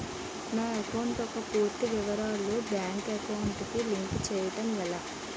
నా అకౌంట్ యెక్క పూర్తి వివరాలు బ్యాంక్ అకౌంట్ కి లింక్ చేయడం ఎలా?